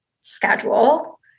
schedule